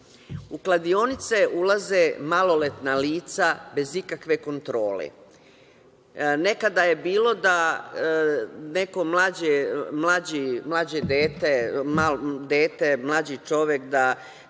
kladionice ulaze maloletna lica bez ikakve kontrole. Nekada je bilo da neko mlađe dete, mlađi čovek